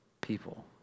people